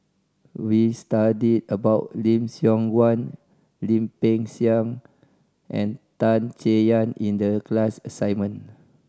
We studied about Lim Siong Guan Lim Peng Siang and Tan Chay Yan in the class assignment